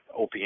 OPM